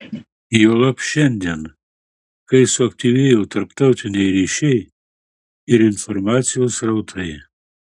juolab šiandien kai suaktyvėjo tarptautiniai ryšiai ir informacijos srautai